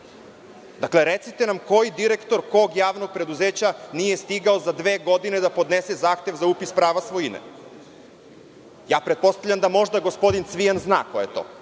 Recite nam koji direktor kog javnog preduzeća nije stigao za dve godine da podnese zahtev za upis prava svojine? Pretpostavljam da možda gospodin Cvijan zna ko je to.